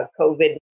covid